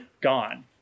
gone